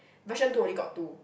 version two only got two